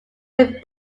with